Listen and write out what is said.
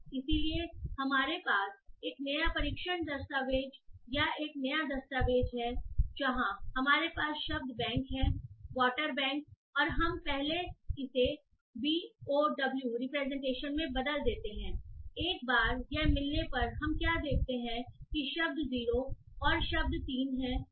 इसलिए हमारे पास क्या हैएक नया परीक्षण दस्तावेज़ या एक नया दस्तावेज़ है जहाँ हमारे पास शब्द बैंक है वाटर बैंक और हम पहले इसे बी ओ डब्लू रिप्रेजेंटेशन में बदल देते हैं एक बार यह मिलने पर हम क्या देखते हैं कि शब्द 0 और शब्द 3 है